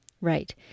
Right